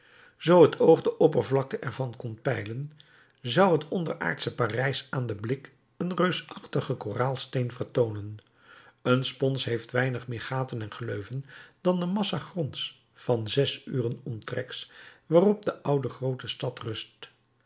zoo het oog de oppervlakte er van kon peilen zou het onderaardsche parijs aan den blik een reusachtigen koraalsteen vertoonen een spons heeft weinig meer gaten en gleuven dan de massa gronds van zes uren omtreks waarop de oude groote stad rust